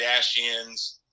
Kardashians